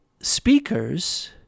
speakers